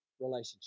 relationship